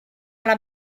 alla